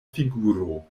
figuro